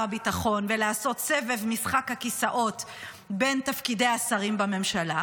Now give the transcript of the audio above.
הביטחון ולעשות סבב משחק הכיסאות בין תפקידי השרים בממשלה,